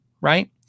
right